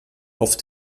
auf